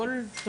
הכול טוב.